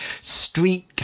street